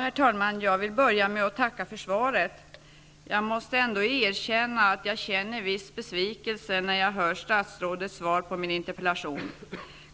Herr talman! Jag vill börja med att tacka för svaret. Jag måste erkänna att jag känner viss besvikelse, när jag hör statsrådets svar på min interpellation.